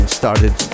started